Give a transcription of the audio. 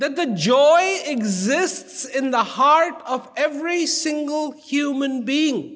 the joy exists in the heart of every single human being